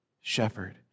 shepherd